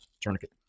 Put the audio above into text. tourniquet